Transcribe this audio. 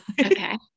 Okay